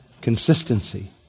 consistency